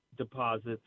deposits